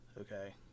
Okay